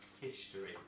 history